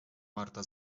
marta